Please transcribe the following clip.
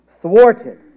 thwarted